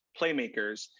Playmakers